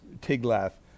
tiglath